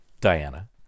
Diana